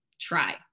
try